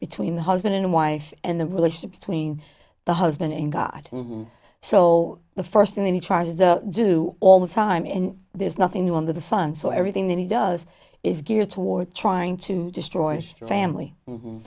between the husband and wife and the relationship between the husband and god so the first thing he tries the do all the time and there's nothing new under the sun so everything that he does is geared toward trying to destroy your family